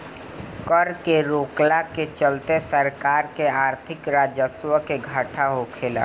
कर के रोकला के चलते सरकार के आर्थिक राजस्व के घाटा होखेला